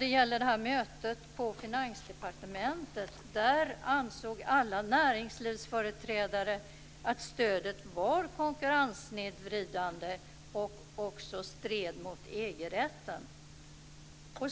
Vid mötet på Finansdepartementet ansåg alla näringslivsföreträdare att stödet var konkurrenssnedvridande och också stred mot EG-rätten.